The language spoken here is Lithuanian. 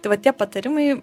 tai va tie patarimai